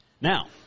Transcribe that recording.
Now